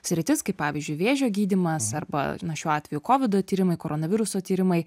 sritis kaip pavyzdžiui vėžio gydymas arba na šiuo atveju kovido tyrimai koronaviruso tyrimai